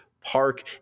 park